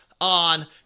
On